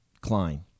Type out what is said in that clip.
Klein